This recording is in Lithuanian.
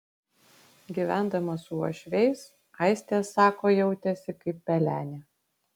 gyvendama su uošviais aistė sako jautėsi kaip pelenė